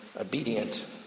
obedient